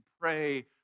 pray